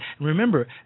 Remember